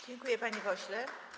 Dziękuję, panie pośle.